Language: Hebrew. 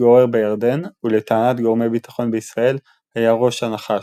שהתגורר בירדן ולטענת גורמי ביטחון בישראל היה "ראש הנחש",